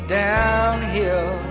downhill